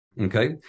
Okay